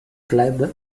club